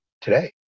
today